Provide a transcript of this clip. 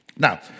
Now